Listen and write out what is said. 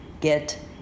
get